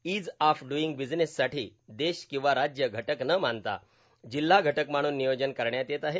is of doing बिजनेससाठी देश किंवा राज्य घटक न मानता जिल्हा घटक मानुन नियोजन करण्यात येत आहे